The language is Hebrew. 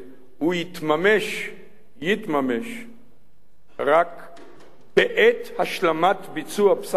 הוא יתממש רק בעת השלמת ביצוע פסק-הדין